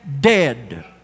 dead